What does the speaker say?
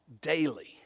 daily